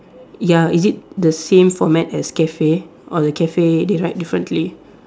ya is it the same format as cafe or the cafe they write differently